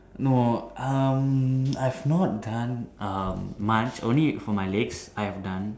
no um I've not done um much only for my legs I have done